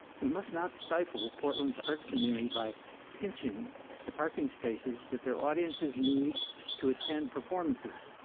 we must not stifle portland's arts community by pinching the parking spaces that their audiences need to attend performances.